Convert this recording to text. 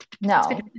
No